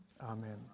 Amen